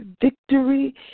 Victory